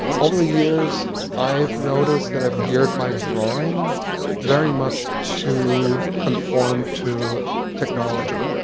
over the years, i've noticed that i've geared my drawing very much to conform to technology,